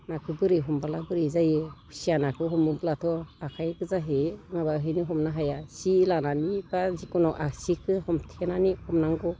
नाखौ बोरै हमोब्ला बोरै जायो खुसिया नाखौ हमोब्लाथ' आखाइ गोजाहै माबाहैनो हमनो हाया सि लानानै बा जिकुनु आसिखौ हमथेनानै हमनांगौ